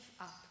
up